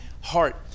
heart